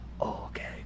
Okay